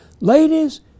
ladies